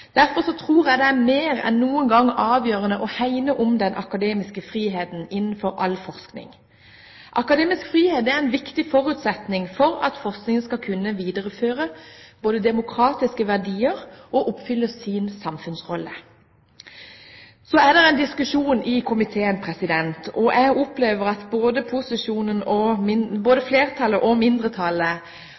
Derfor tror jeg det mer enn noen gang er avgjørende å hegne om den akademiske friheten innenfor all forskning. Akademisk frihet er en viktig forutsetning for at forskningen både skal kunne videreføre demokratiske verdier og oppfylle sin samfunnsrolle. Så er det en diskusjon i komiteen – og jeg opplever at både flertallet og mindretallet har en reell bekymring for det – om at målstyring, flere politiske føringer og